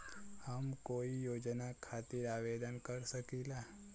हम कोई योजना खातिर आवेदन कर सकीला?